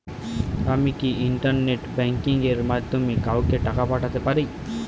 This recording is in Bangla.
আমি কি ইন্টারনেট ব্যাংকিং এর মাধ্যমে কাওকে টাকা পাঠাতে পারি?